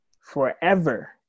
forever